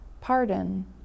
pardon